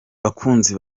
bakunzi